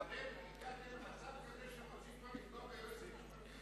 אתם הגעתם למצב כזה שרוצים כבר לפגוע ביועץ המשפטי?